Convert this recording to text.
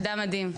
אדם מדהים.